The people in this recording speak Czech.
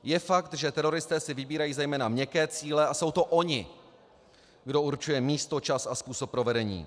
Je fakt, že teroristé si vybírají zejména měkké cíle a jsou to oni, kdo určuje místo, čas a způsob provedení.